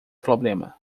problema